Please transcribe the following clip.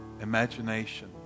imagination